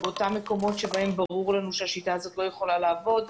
באותם מקומות שבהם ברור לנו שהשיטה הזאת לא יכולה לעבוד,